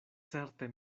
certe